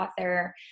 author